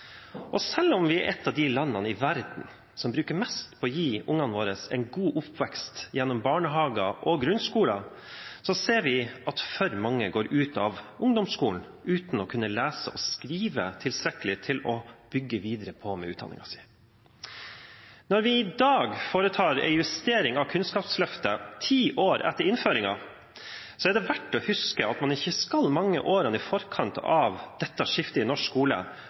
Selv om vi er et av de landene i verden som bruker mest på å gi ungene en god oppvekst, gjennom barnehage og grunnskole, ser vi at for mange går ut av ungdomsskolen uten å kunne lese og skrive tilstrekkelig til å bygge videre på utdanningen sin. Når vi i dag foretar en justering av Kunnskapsløftet, ti år etter innføringen, er det verdt å huske at man skal ikke mange årene tilbake før dette skiftet i norsk skole